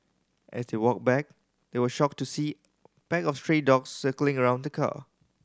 as they walked back they were shocked to see pack of stray dogs circling around the car